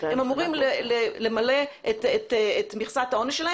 הם אמורים למלא את מכסת העונש שלהם.